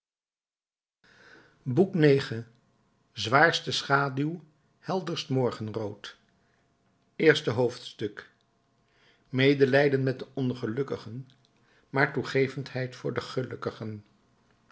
boek ix zwaarste schaduw helderst morgenrood eerste hoofdstuk medelijden met de ongelukkigen maar toegevendheid voor de gelukkigen